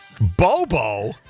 Bobo